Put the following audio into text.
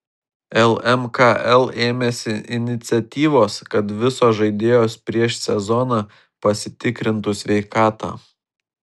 lmkl ėmėsi iniciatyvos kad visos žaidėjos prieš sezoną pasitikrintų sveikatą